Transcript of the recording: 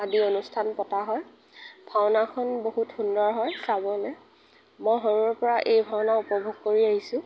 আদি অনুষ্ঠান পতা হয় ভাওনাখন বহুত সুন্দৰ হয় চাবলৈ মই সৰুৰ পৰা এই ভাওনা উপভোগ কৰি আহিছোঁ